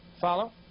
Follow